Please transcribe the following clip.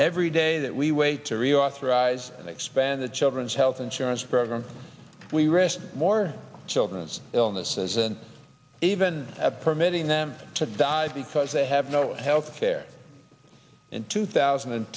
every day that we wait to reauthorize and expand the children's health insurance program we risk more children's illnesses and even permitting them to die because they have no health care in two thousand and